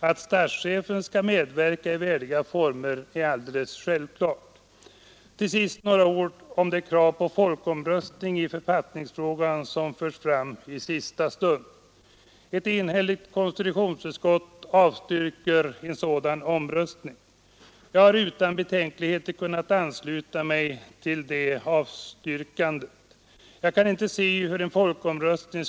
Att statschefen skall medverka i värdiga former är alldeles självklart. Till sist några få ord om det krav på folkomröstning i författningsfrågan som förts fram i sista stund. Ett enhälligt konstitutionsutskott avstyrker en sådan omröstning. Jag har utan betänkligheter kunnat ansluta mig till hemställan om avslag på motionsyrkandet om folkomröstning.